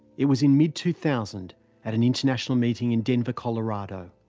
it was in mid two thousand at an international meeting in denver, colorado.